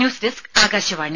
news desk Akashvani